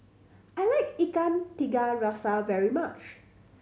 I like Ikan Tiga Rasa very much